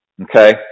Okay